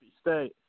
State